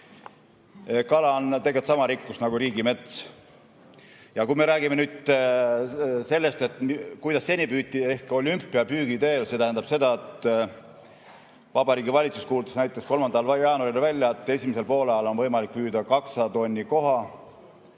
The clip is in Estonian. Kala on tegelikult sama rikkus nagu riigimets. Räägime nüüd sellest, kuidas seni püüti. Seni püüti olümpiapüügi teel. See tähendab seda, et Vabariigi Valitsus kuulutas näiteks 3. jaanuaril välja, et esimesel poolaastal on võimalik püüda 200 tonni koha,